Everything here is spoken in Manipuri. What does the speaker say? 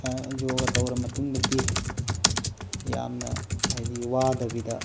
ꯌꯣꯒꯥ ꯇꯧꯔ ꯃꯇꯨꯡꯗꯗꯤ ꯌꯥꯝꯅ ꯍꯥꯏꯗꯤ ꯋꯥꯗꯕꯤꯗ